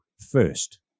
first